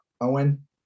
owen